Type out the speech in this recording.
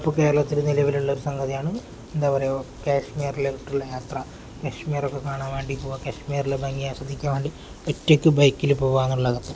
ഇപ്പം കേരളത്തിൽ നിലവിലുള്ള ഒരു സംഗതിയാണ് എന്താ പറയുക കാശ്മീരിലേട്ടുള്ള യാത്ര കാശ്മീറൊക്കെ കാണാൻ വേണ്ടി പോവുക കാശ്മീരിലെ ഭംഗി ആസ്വദിക്കാൻ വേണ്ടി ഒറ്റക്ക് ബൈക്കിൽ പോവുക എന്നുള്ളതൊക്കെ